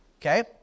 okay